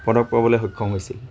পদক পাবলৈ সক্ষম হৈছিল